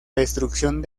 destrucción